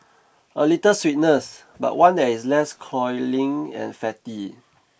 a little sweetness but one that is less cloying and fatty